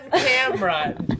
camera